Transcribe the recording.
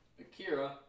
Akira